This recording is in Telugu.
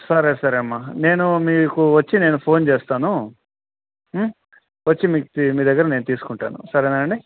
సరే సరే అమ్మా నేను మీకు వచ్చి నేను ఫోన్ చేస్తాను వచ్చి మీకు మీ దగ్గర నేను తీసుకుంటాను సరేనానండి